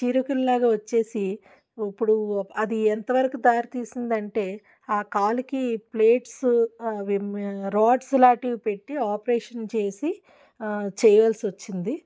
చీరికల్లాగా వచ్చేసి ఇప్పుడు అది ఎంతవరకు దారి తీసింది అంటే ఆ కాలికి ప్లేట్స్ రాడ్స్ లాంటివి పెట్టి ఆపరేషన్ చేసి చేయాల్సి వచ్చింది